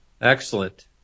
Excellent